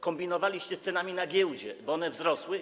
Kombinowaliście z cenami na giełdzie, bo one wzrosły.